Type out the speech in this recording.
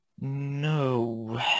No